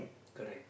correct